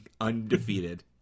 undefeated